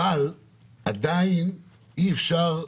אבל עדיין אי אפשר,